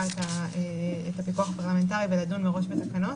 את הפיקוח הפרלמנטרי ולדון מראש בתקנות.